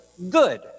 good